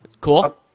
cool